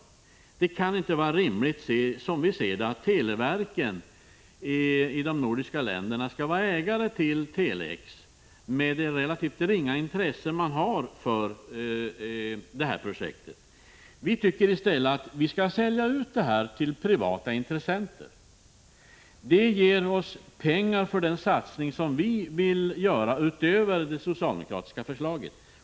Som vi ser det kan det inte vara rimligt att televerken i de nordiska länderna skall vara ägare till Tele-X, med det relativt ringa intresse som man har för projektet. Vi tycker i stället att Tele-X skall säljas ut till privata intressenter. Det ger oss pengar för den satsning som vi vill göra utöver det socialdemokratiska förslaget.